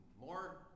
more